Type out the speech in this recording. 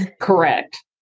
Correct